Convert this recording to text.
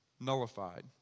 nullified